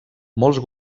molts